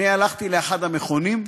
אני הלכתי לאחד המכונים.